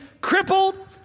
crippled